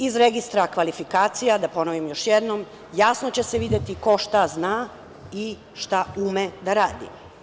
Iz registra kvalifikacija, da ponovim još jednom, jasno će se videti ko šta zna i šta ume da radi.